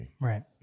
Right